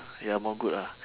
ya more good lah